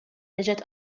reġgħet